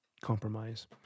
compromise